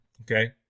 okay